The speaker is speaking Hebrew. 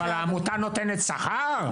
אבל העמותה נותנת להם שכר?